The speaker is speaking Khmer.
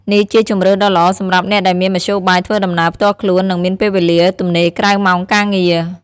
នេះជាជម្រើសដ៏ល្អសម្រាប់អ្នកដែលមានមធ្យោបាយធ្វើដំណើរផ្ទាល់ខ្លួន និងមានពេលវេលាទំនេរក្រៅម៉ោងការងារ។